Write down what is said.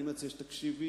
אני מציע שתקשיבי.